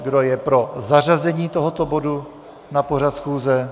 Kdo je pro zařazení tohoto bodu na pořad schůze?